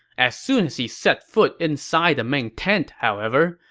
as soon as he set foot inside the main tent, however,